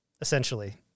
essentially